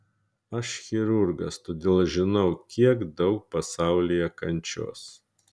aš chirurgas todėl žinau kiek daug pasaulyje kančios